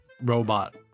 robot